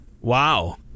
Wow